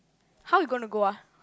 how you gonna go ah